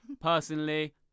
personally